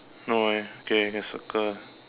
no eh okay then circle